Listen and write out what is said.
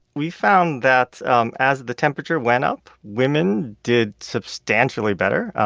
we found that um as the temperature went up, women did substantially better,